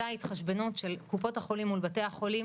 זו ההתחשבנות של קופות החולים מול בתי החולים.